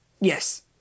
Yes